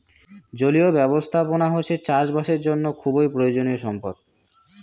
জলীয় ব্যবস্থাপনা হসে চাষ বাসের জন্য খুবই প্রয়োজনীয় সম্পদ